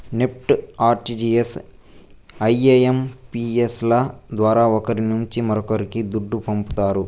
NEFT, RTGS, IMPS ల ద్వారా ఒకరి నుంచి మరొక్కరికి దుడ్డు పంపతారు